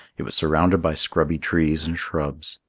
it was surrounded by scrubby trees and shrubs.